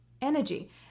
Energy